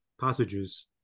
passages